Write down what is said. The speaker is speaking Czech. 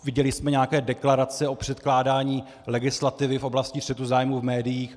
Viděli jsme nějaké deklarace o předkládání legislativy v oblasti střetu zájmů v médiích.